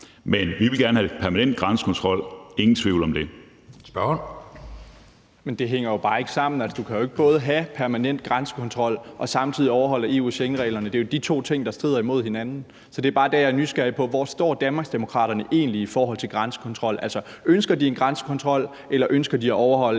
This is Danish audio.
Anden næstformand (Jeppe Søe): Spørgeren. Kl. 10:58 Mikkel Bjørn (DF): Men det hænger jo bare ikke sammen. Du kan jo ikke både have permanent grænsekontrol og samtidig overholde EU- og Schengenreglerne. Det er jo de to ting, der strider mod hinanden. Så det er bare det, jeg er nysgerrig på: Hvor står Danmarksdemokraterne egentlig i forhold til grænsekontrol? Ønsker de en grænsekontrol, eller ønsker de at overholde